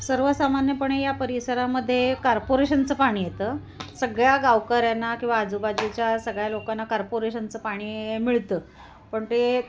सर्वसामान्यपणे या परिसरामध्ये कार्पोरेशनचं पाणी येतं सगळ्या गावकऱ्यांना किंवा आजूबाजूच्या सगळ्या लोकांना कार्पोरेशनचं पाणी मिळतं पण ते